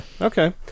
Okay